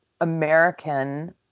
American